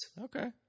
Okay